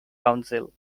council